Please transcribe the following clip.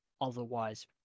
otherwise